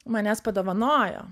man jas padovanojo